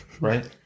Right